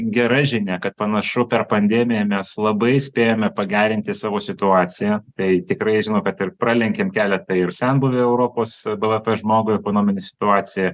gera žinia kad panašu per pandemiją mes labai spėjome pagerinti savo situaciją tai tikrai žinau kad ir pralenkėm keletą ir senbuvių europos b v p žmogui ekonominė situacija